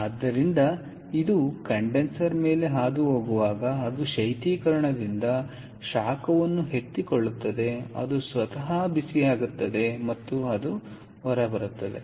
ಆದ್ದರಿಂದ ಇದು ಕಂಡೆನ್ಸರ್ ಮೇಲೆ ಹಾದು ಹೋಗುವಾಗ ಅದು ಶೈತ್ಯೀಕರಣದಿಂದ ಶಾಖವನ್ನು ಎತ್ತಿಕೊಳ್ಳುತ್ತದೆ ಅದು ಸ್ವತಃ ಬಿಸಿಯಾಗುತ್ತದೆ ಮತ್ತು ಅದು ಹೊರಬರುತ್ತದೆ